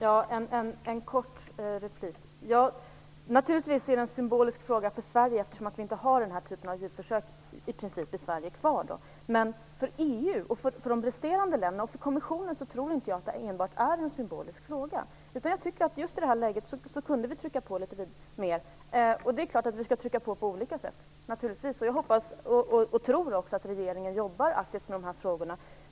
Herr talman! Bara helt kort: Naturligtvis är det en symbolisk fråga för Sverige, eftersom vi i princip inte har kvar den här typen av djurförsök. Men för EU, kommissionen och för de resterande länderna tror jag inte att det enbart är en symbolisk fråga. Jag tycker att vi i det här läget kunde trycka på litet mer. Naturligtvis skall vi utöva påtryckningar på olika sätt. Jag hoppas och tror att regeringen jobbar aktivt med dessa frågor.